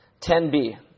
10b